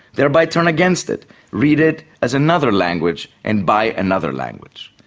thereby turn against it read it as another language and by another language.